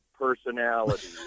personality